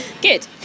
Good